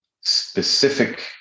specific